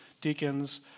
deacons